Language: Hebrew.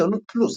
עיתונות פלוס,